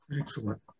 Excellent